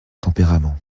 tempérament